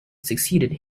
succeeded